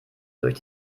durch